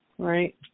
Right